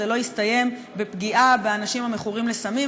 לא יסתיים בפגיעה באנשים המכורים לסמים,